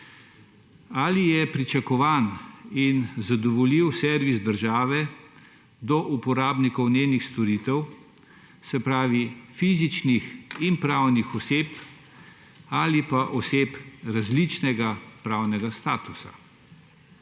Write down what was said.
Ali je pričakovan in zadovoljiv servis države do uporabnikov njenih storitev, se pravi fizičnih in pravnih oseb ali pa oseb različnega pravnega statusa?